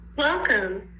Welcome